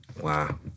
Wow